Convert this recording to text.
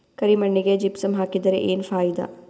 ಕರಿ ಮಣ್ಣಿಗೆ ಜಿಪ್ಸಮ್ ಹಾಕಿದರೆ ಏನ್ ಫಾಯಿದಾ?